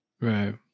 Right